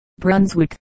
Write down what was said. Brunswick